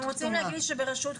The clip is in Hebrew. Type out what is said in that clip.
אתם רוצים להגיד לי שברשות כתומה,